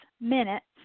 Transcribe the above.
minutes